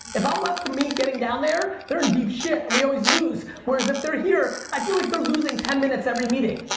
if i'm left to me getting down there, they're in deep shit, and we always lose. whereas if they're here, i feel like they're losing ten minutes every meeting.